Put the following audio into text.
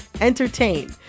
entertain